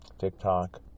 TikTok